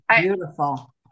beautiful